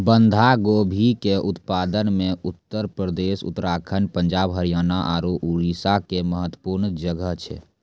बंधा गोभी के उत्पादन मे उत्तर प्रदेश, उत्तराखण्ड, पंजाब, हरियाणा आरु उड़ीसा के महत्वपूर्ण जगह छै